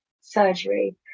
surgery